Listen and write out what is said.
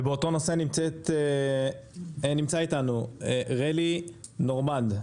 ובאותו נושא, נמצא רלי נורמנד.